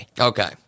Okay